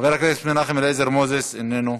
מוותר, חבר הכנסת מנחם אליעזר מוזס, איננו,